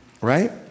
right